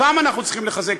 אותם אנחנו צריכים לחזק,